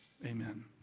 Amen